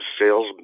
sales